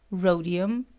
rhodium,